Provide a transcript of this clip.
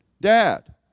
Dad